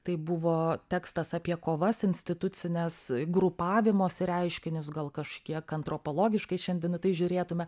tai buvo tekstas apie kovas institucines grupavimosi reiškinius gal kažkiek antropologiškai šiandien į tai žiūrėtume